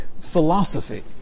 philosophy